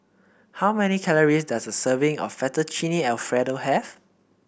how many calories does a serving of Fettuccine Alfredo have